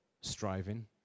striving